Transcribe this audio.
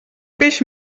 peix